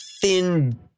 thin